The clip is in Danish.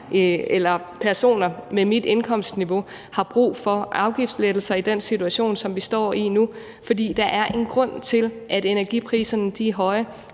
eller personer med mit indkomstniveau har brug for afgiftslettelser i den situation, som vi står i nu, for der er en grund til, at energipriserne er høje,